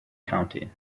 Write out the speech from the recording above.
county